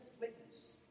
witness